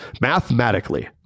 mathematically